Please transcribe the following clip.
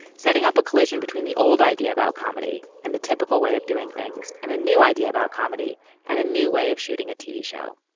setting up a collision between the old idea about comedy and the typical way of doing things and a new idea about comedy and a new way of shooting a tv show.